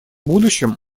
будущем